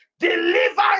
Deliver